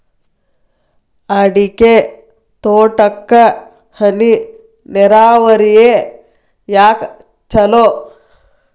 ಅಡಿಕೆ ತೋಟಕ್ಕ ಹನಿ ನೇರಾವರಿಯೇ ಯಾಕ ಛಲೋ?